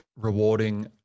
rewarding